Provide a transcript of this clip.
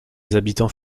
habitants